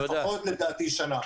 לדעתי לפחות שנה.